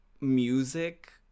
music